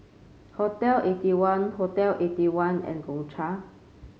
Hotel Eighty One Hotel Eighty one and Gongcha